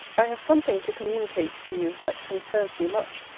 i have something to communicat to you that concernes you much,